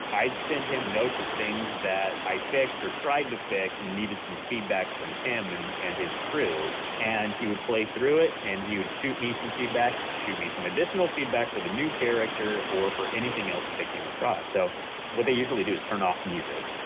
i'd send him notes of things that i fixed or tried to fix and needed some feedback from him and and his crew. and he would play through it and he would shoot me some feedback, shoot me some additional feedback for the new character or for anything else that they came across. so what they usually do is turn off music,